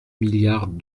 milliards